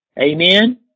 Amen